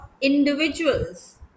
individuals